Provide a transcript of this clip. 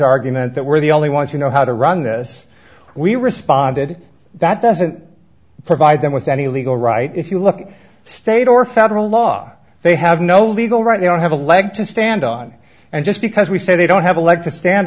argument that we're the only ones who know how to run this we responded that doesn't provide them with any legal right if you look state or federal law they have no legal right they don't have a leg to stand on and just because we say they don't have a leg to stand